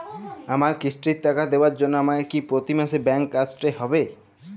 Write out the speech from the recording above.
আমার কিস্তির টাকা দেওয়ার জন্য আমাকে কি প্রতি মাসে ব্যাংক আসতে হব?